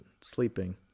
sleeping